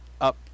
up